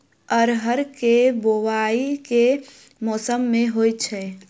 अरहर केँ बोवायी केँ मौसम मे होइ छैय?